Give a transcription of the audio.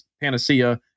Panacea